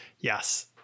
Yes